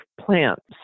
plants